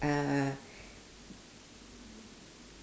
uh